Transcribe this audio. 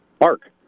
Mark